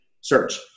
search